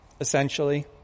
essentially